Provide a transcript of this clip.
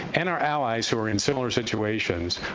and our allies who are in similar situations,